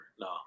No